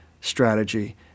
strategy